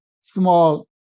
small